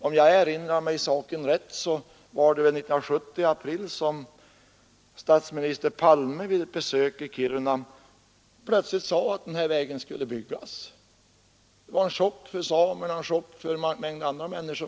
Om jag erinrar mig rätt var det 1970 i april som statsminister Palme vid ett besök i Kiruna plötsligt sade, att den här vägen skulle byggas. Det blev en chock för samer och en mängd andra människor.